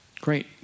Great